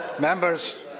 Members